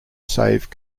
save